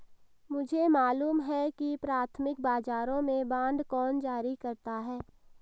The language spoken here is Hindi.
मुझे मालूम है कि प्राथमिक बाजारों में बांड कौन जारी करता है